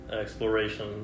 exploration